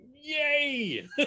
yay